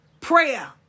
Prayer